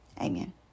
Amen